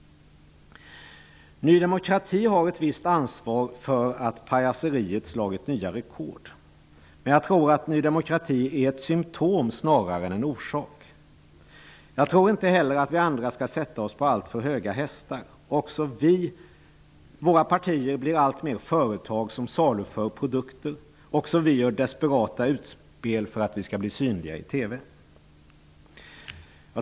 Ny demokrati har ett visst ansvar för att pajaseriet har slagit nya rekord. Men jag tror att Ny demokrati är ett symtom snarare än en orsak. Jag tror inte heller att vi andra skall sätta oss på alltför höga hästar. Även våra partier blir alltmer av företag som saluför produkter. Även vi gör desperata utspel för att vi skall bli synliga i TV.